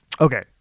Okay